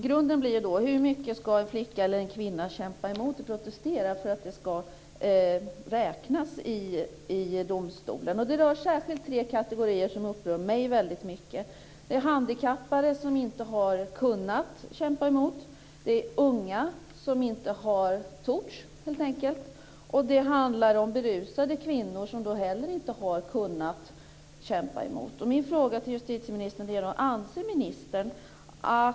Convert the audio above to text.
Grunden är hur mycket en flicka eller en kvinna ska kämpa emot och protestera för att det ska räknas i domstolen. Det rör särskilt tre kategorier som upprör mig mycket. Det är handikappade som inte har kunnat kämpa emot. Det är unga som helt enkelt inte har torts. Det handlar också om berusade kvinnor som heller inte har kunnat kämpa emot.